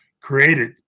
created